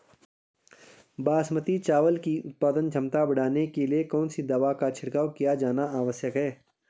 बासमती चावल की उत्पादन क्षमता बढ़ाने के लिए कौन सी दवा का छिड़काव किया जाना आवश्यक है?